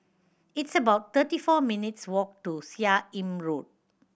it's about thirty four minutes walk to Seah Im Road